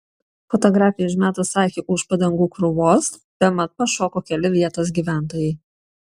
fotografei užmetus akį už padangų krūvos bemat pašoko keli vietos gyventojai